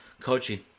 coaching